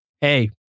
Hey